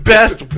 Best